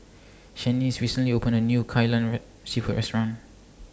Shanice recently opened A New Kai Lan Red Seafood Restaurant